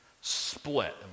split